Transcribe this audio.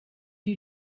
you